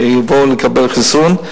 שיבוא לקבל חיסון.